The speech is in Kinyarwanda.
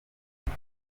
ibi